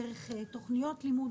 דרך תוכניות לימוד.